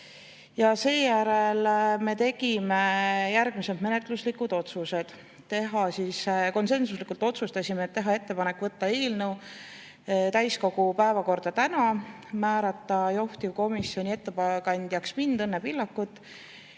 Seejärel me tegime järgmised menetluslikud otsused: konsensuslikult otsustasime teha ettepaneku võtta eelnõu täiskogu päevakorda täna, määrata juhtivkomisjoni ettekandjaks mind, Õnne Pillakut,